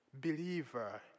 believer